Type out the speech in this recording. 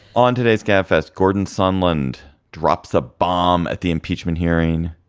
on today's gabfest. gordon sunland drops a bomb at the impeachment hearing.